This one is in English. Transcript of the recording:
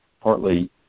partly